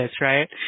right